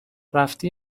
رفتی